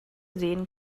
sehen